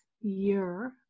year